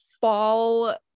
fall